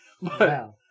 Wow